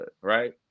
right